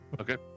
Okay